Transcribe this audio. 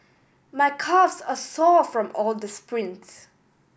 my calves are sore from all the sprints